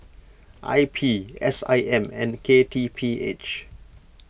I P S I M and K T P H